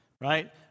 right